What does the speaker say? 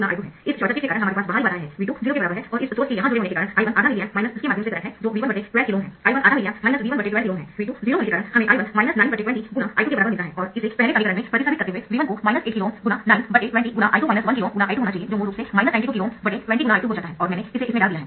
इस short circuit के कारण हमारे पास बाहरी बाधाएं है V2 0 के बराबर है और इस सोर्स के यहां जुड़े होने के कारण I1 आधा मिली एम्प इसके माध्यम से करंट है जो V1 12 KΩ है I1 आधा मिली एम्प V1 12 KΩ है V2 0 होने के कारण हमें I1 920×I2 के बराबर मिलता है और इसे पहले समीकरण में प्रतिस्थापित करते हुए V1 को 8KΩ ×9 20×I2 1KΩ ×I2 होना चाहिए जो मूल रूप से 92 KΩ 20×I2 हो जाता है और मैंने इसे इसमें डाल दिया है